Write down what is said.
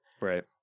Right